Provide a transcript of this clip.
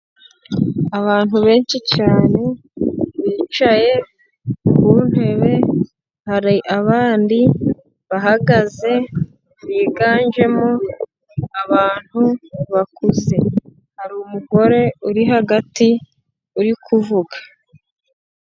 Abantu benshi cyane bicaye ku ntebe, hari abandi bahagaze biganjemo abantu bakuze, hari umugore uri hagati uri kuvuga.